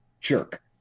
jerk